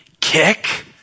kick